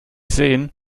sehen